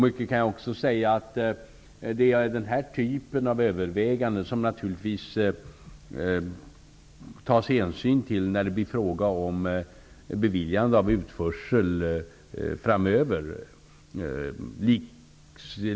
Jag kan också säga så mycket som att det naturligtvis tas hänsyn till denna typ av överväganden när det blir fråga om beviljande av utförsel framöver.